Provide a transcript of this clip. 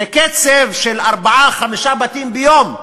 זה קצב של ארבעה-חמישה בתים ביום,